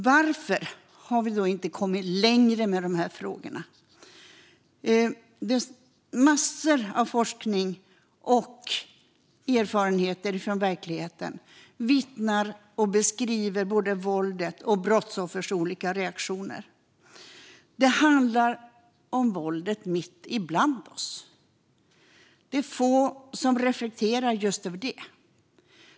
Varför har vi då inte kommit längre med de här frågorna? Massor av forskning och erfarenheter från verkligheten vittnar om och beskriver både våldet och brottsoffers olika reaktioner. Det handlar om våldet mitt ibland oss. Det är få som reflekterar över just det.